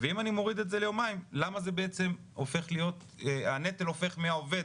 מוריד את זה ליומיים, למה הנטל עובד מהעובד